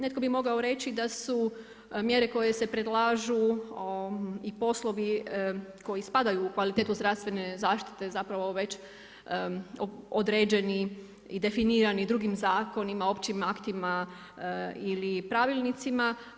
Netko bi mogao reći, da su mjere koje se predlažu i poslovi koji spadaju u kvalitetu zdravstvene zaštite, već određeni i definirani drugim zakonima, općim aktivama ili pravilnicima.